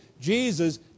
Jesus